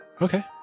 Okay